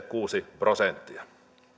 kuusi prosenttia